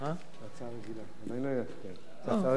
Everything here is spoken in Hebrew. זה הצעה רגילה, דבר.